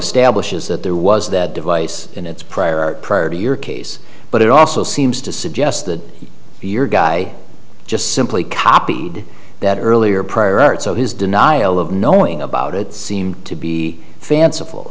of stablish is that there was that device in its prior art prior to your case but it also seems to suggest that your guy just simply copied that earlier prior art so his denial of knowing about it seemed to be fanciful